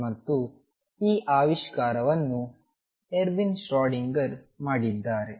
ಮತ್ತು ಈ ಆವಿಷ್ಕಾರವನ್ನು ಎರ್ವಿನ್ ಶ್ರೊಡಿಂಗರ್Erwin Schrödinger ಮಾಡಿದ್ದಾರೆ